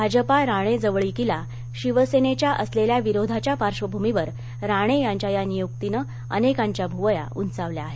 भाजपा राणे जवळिकीला शिवसेनेच्या असलेल्या विरोधाच्या पार्श्वभूमीवर राणे यांच्या या नियुक्तीनं अनेकांच्या भूवया उंचावल्या आहेत